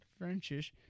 Frenchish